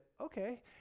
okay